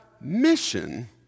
mission